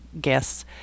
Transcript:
guests